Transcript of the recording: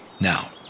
Now